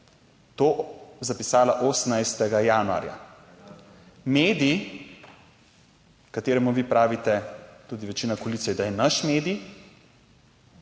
to zapisala 18. januarja. Medij, kateremu vi pravite tudi večina koalicije, da je naš medij,